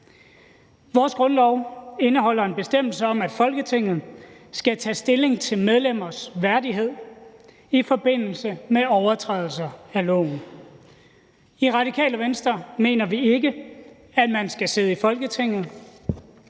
Vores grundlov indeholder en bestemmelse om, at Folketinget skal tage stilling til medlemmers værdighed i forbindelse med overtrædelser af loven. I Radikale Venstre mener vi ikke, at man skal sidde i Folketinget,